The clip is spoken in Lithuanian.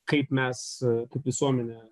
kaip mes kaip visuomenė